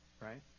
right